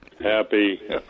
Happy